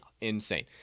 insane